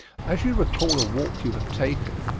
as you recall a walk you have taken,